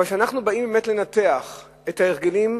אבל כשאנחנו באים באמת לנתח את ההרגלים,